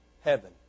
heaven